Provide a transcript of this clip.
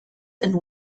and